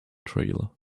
trail